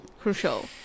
crucial